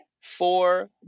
four